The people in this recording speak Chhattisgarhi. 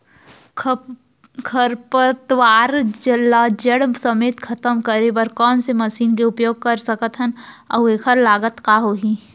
खरपतवार ला जड़ समेत खतम करे बर कोन से मशीन के उपयोग कर सकत हन अऊ एखर लागत का होही?